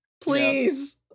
Please